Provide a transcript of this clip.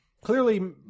clearly